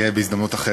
יהיה בהזדמנות אחרת.